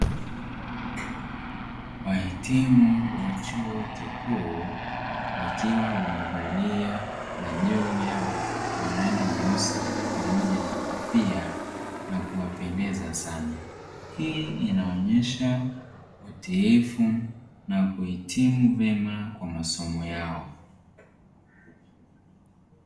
Wahitimu wa chuo kikuu wakiwa wamevalia majoho yao ya rangi nyeusi pamoja na kofia na kuwapendeza sana, hii inaonyesha utiifu na kuhitimu vyema kwa masomo yao.